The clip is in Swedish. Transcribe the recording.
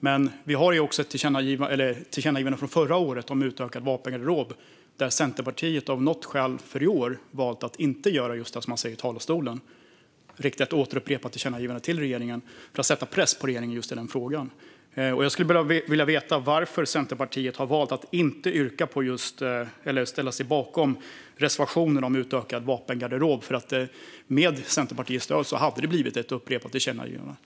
Men vi har också ett tillkännagivande från förra året om utökad vapengarderob där Centerpartiet i år av något skäl har valt att inte göra just det som man talar om i talarstolen, nämligen att rikta ett upprepat tillkännagivande till regeringen för att sätta press på regeringen i just den frågan. Jag skulle vilja veta varför Centerpartiet har valt att inte ställa sig bakom just reservationen om utökad vapengarderob. Med Centerpartiets stöd hade det blivit ett upprepat tillkännagivande.